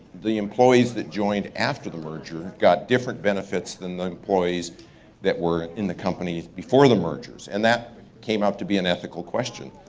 the employees that joined after the merger got different benefits than the employees that were in the company before the mergers. and that came out to be an ethical question.